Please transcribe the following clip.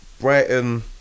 Brighton